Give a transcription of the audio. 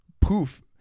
poof